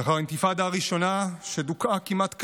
לאחר האינתיפאדה הראשונה, שדוכאה כמעט כליל,